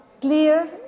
clear